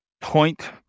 point